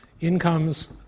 incomes